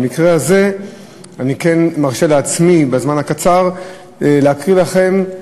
במקרה הזה אני כן מרשה לעצמי בזמן הקצר להקריא לכם,